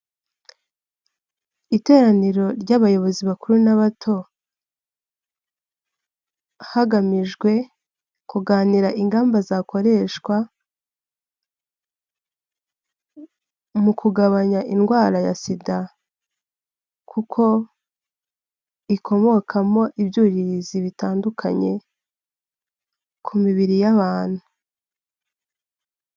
Iteraniro ry'abayobozi bakuru n'abato hagamijwe kuganira ingamba zakoreshwa mu kugabanya indwara ya sida kuko ikomokamo ibyuririzi bitandukanye ku mibiri y'abantu.